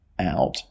out